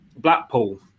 Blackpool